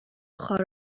خار